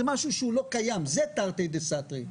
זה משהו שלא קיים, זה תרתי דסתרי.